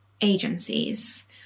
agencies